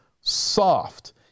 soft